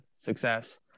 success